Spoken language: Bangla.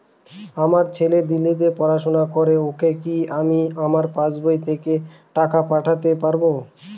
আমার ছেলে দিল্লীতে পড়াশোনা করে ওকে কি আমি আমার পাসবই থেকে টাকা পাঠাতে পারব?